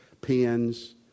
pens